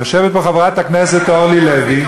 יושבת פה חברת הכנסת אורלי לוי,